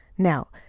now,